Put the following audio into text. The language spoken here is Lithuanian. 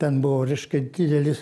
ten buvo reiškia didelis